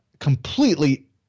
Completely